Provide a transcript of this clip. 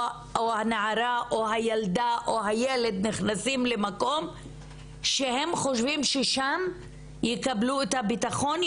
הנערה או הילדה או הילד נכנסים למקום שהם חושבים ששם יקבלו את הבטחון,